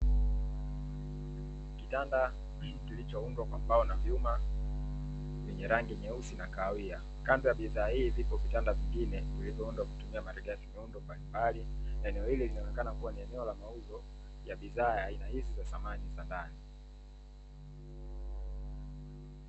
Kitanda kilichoundwa kwa mbao na vyuma vyenye rangi nyeusi na kahawia, kando ya bidhaa hii vipo vitanda vingine vilivoundwa kwa kutumia malighafi, nondo mbalimbali. Eneo hili linaonekana kuwa ni eneo la mauzo la bidhaa za aina hizi za samani ya ndani.